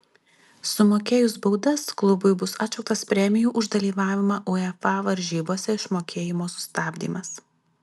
sumokėjus baudas klubui bus atšauktas premijų už dalyvavimą uefa varžybose išmokėjimo sustabdymas